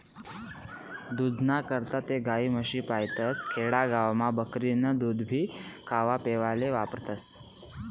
दूधना करता ते गायी, म्हशी पायतस, खेडा गावमा बकरीनं दूधभी खावापेवाले वापरतस